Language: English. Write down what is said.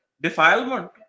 Defilement